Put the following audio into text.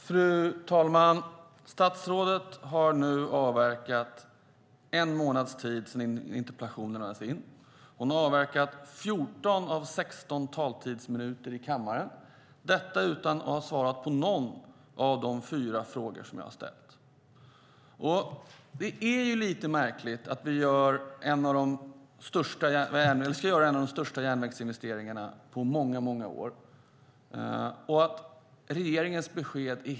Fru talman! Statsrådet har nu avverkat en månad sedan interpellationen lämnades in. Hon har avverkat 14 av 16 minuter av talartiden i kammaren. Det har hon gjort utan att svara på någon av de fyra frågor som jag ställt. Det är lite märkligt att regeringens besked är helt disparata när vi ska göra en av de största järnvägssatsningarna på många år.